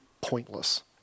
pointless